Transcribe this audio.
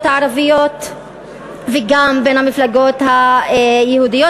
הערביות וגם בין המפלגות היהודיות,